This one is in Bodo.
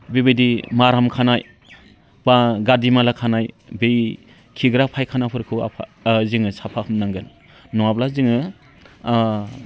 बिबायदि माराम खानाय बा गादि माला खानाय बै खिग्रा फायखानाफोरखौ जोङो साफा खालामनांगोन नङाब्ला जोङो